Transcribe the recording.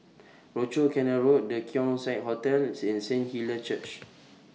Rochor Canal Road The Keong Saik Hotel and Saint Hilda's Church